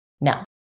Now